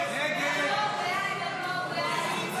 הסתייגות 6 לא נתקבלה.